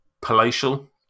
palatial